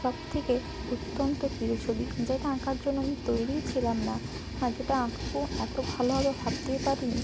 সব থেকে অত্যন্ত প্রিয় ছবি যেটা আঁকার জন্য আমি তৈরিই ছিলাম না আজ এটা আঁকবো এত ভালো হবে ভাবতেই পারিনি